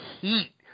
heat